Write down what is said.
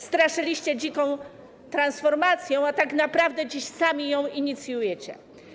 Straszyliście dziką transformacją, a tak naprawę dziś sami ją inicjujecie.